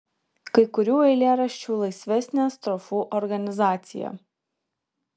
kai kurių eilėraščių laisvesnė strofų organizacija